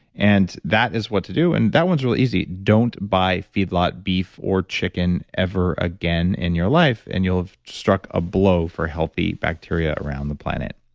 and that is what to do. and that one's real easy, don't buy feedlot beef or chicken ever again in your life, and you'll have struck a blow for healthy bacteria around the planet